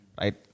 right